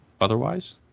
Otherwise